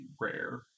rare